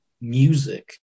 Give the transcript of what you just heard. music